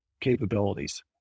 capabilities